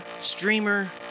streamer